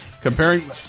comparing